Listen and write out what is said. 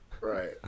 Right